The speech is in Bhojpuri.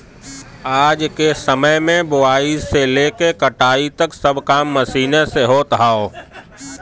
आज के समय में बोआई से लेके कटाई तक सब काम मशीन से होत हौ